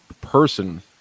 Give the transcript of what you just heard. person